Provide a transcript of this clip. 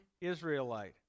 Israelite